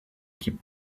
keep